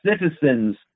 citizens